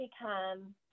become